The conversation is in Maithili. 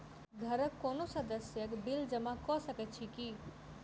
घरक कोनो सदस्यक बिल जमा कऽ सकैत छी की?